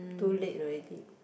too late already